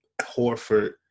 Horford